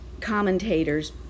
commentators